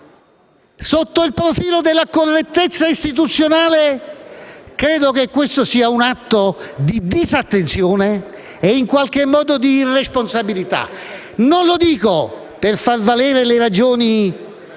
Sotto il profilo della correttezza istituzionale credo che questo sia un atto di disattenzione e in qualche modo di irresponsabilità. Non lo dico per far valere le ragioni,